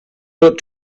wrote